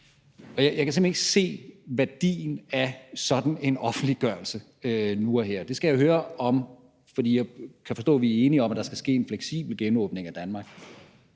Jeg kan simpelt hen ikke se værdien af sådan en offentliggørelse nu og her, og jeg skal høre – for jeg kan forstå, at vi er enige om, at der skal ske en fleksibel genåbning af Danmark